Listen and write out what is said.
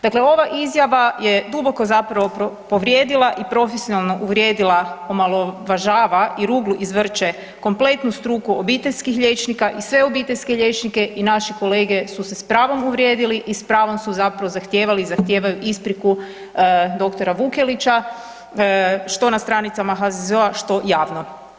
Dakle, ova izjava je duboko zapravo povrijedila i profesionalno uvrijedila, omalovažava i ruglu izvrće kompletnu struku obiteljskih liječnika i sve obiteljske liječnike i naši kolege su se s pravom uvrijedili i s pravom su zapravo zahtijevali i zahtijevaju ispriku dr. Vukelića, što na stranicama HZZO-a, što javno.